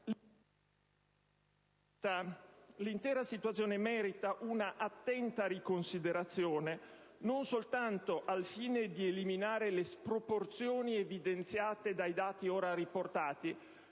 L'intera situazione merita una attenta riconsiderazione, non soltanto al fine di eliminare le sproporzioni evidenziate dai dati ora riportati,